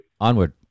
Onward